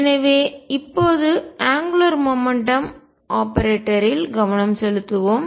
எனவே இப்போது angular momentum கோண உந்தம் ஆபரேட்டரில் கவனம் செலுத்துவோம்